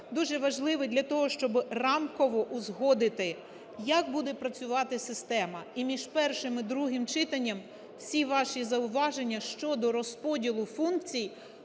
дуже важливий для того, щоби рамково узгодити, як буде працювати система. І між першим і другим читанням всі ваші зауваження щодо розподілу функцій,